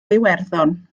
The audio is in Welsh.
iwerddon